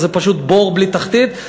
זה פשוט בור ללא תחתית,